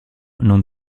non